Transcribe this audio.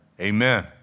Amen